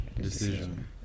decision